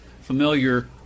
familiar